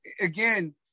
again